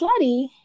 slutty